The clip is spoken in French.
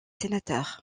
sénateurs